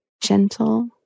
gentle